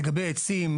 לגבי עצים.